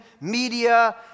media